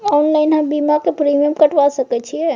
Online हम बीमा के प्रीमियम कटवा सके छिए?